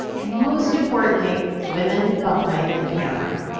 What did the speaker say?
and most importantly, women behind the camera.